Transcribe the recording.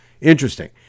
Interesting